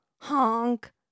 Honk